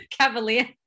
Cavalier